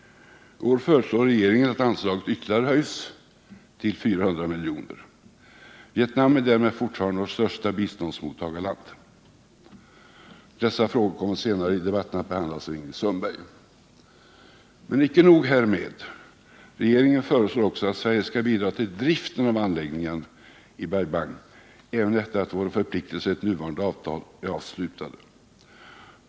I år föreslår regeringen att anslaget ytterligare höjs till 400 miljoner. Vietnam är därmed fortfarande vårt största biståndsmottagarland. Dessa frågor kommer senare i debatten att behandlas av Ingrid Sundberg. Men icke nog härmed. Regeringen föreslår också att Sverige skall bidra till driften av anläggningen i Bai Bang, även sedan våra förpliktelser enligt nuvarande avtal är uppfyllda.